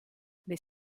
les